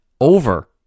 over